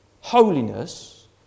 holiness